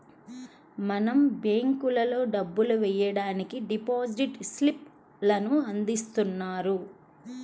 మనం బ్యేంకుల్లో డబ్బులు వెయ్యడానికి డిపాజిట్ స్లిప్ లను అందిస్తున్నారు